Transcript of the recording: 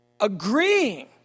agreeing